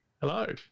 Hello